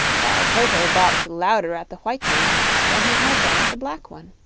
while toto barked louder at the white man than he had done at the black one.